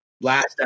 Last